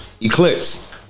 Eclipse